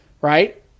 right